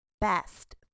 best